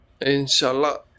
inshallah